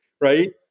Right